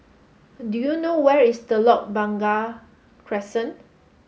do you know where is Telok Blangah Crescent